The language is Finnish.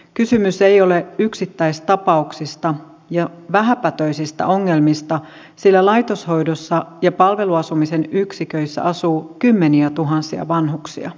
kysymys ei ole yksittäistapauksista ja vähäpätöisistä ongelmista sillä laitoshoidossa ja palveluasumisen yksiköissä asuu kymmeniätuhansia vanhuksia